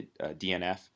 DNF